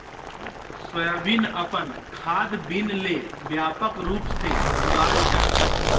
soybean अपन खाद्य bean ले व्यापक रूप से उगाल जा हइ